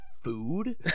food